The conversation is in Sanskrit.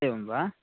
एवं वा